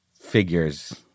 figures